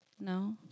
No